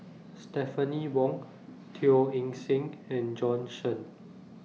Stephanie Wong Teo Eng Seng and Bjorn Shen